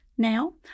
Now